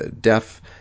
deaf